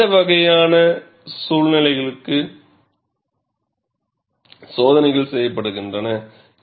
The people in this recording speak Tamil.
இந்த வகையான சூழ்நிலைகளுக்கு சோதனைகள் செய்யப்படுகின்றன